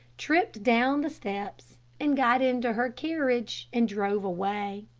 tripped down the steps, and got into her carriage and drove away.